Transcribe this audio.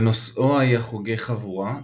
ונושאו היה חוגי חבורה,